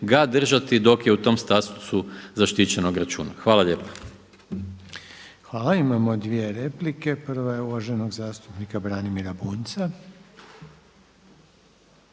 ga držati dok je u tom statusu zaštićenog računa. Hvala lijepa. **Reiner, Željko (HDZ)** Hvala imamo dvije replike. Prva je uvaženog zastupnika Branimira Bunjca.